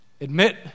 Admit